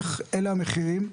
אז איך אלה המחירים?